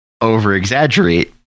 over-exaggerate